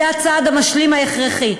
זה הצעד המשלים ההכרחי.